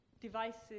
devices